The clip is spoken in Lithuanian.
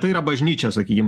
tai yra bažnyčia sakykim